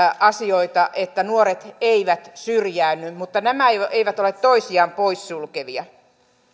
asioita että nuoret eivät syrjäänny mutta nämä eivät eivät ole toisiaan poissulkevia